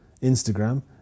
Instagram